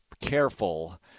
careful –